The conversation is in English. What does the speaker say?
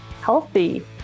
healthy